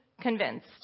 convinced